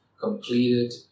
completed